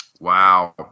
Wow